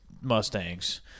Mustangs